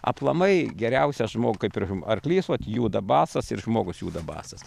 aplamai geriausia žmogui kaip ir arklys vot juda basas ir žmogus juda basas